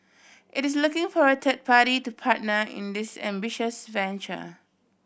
it is looking for a third party to partner in this ambitious venture